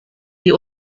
die